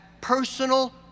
personal